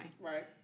Right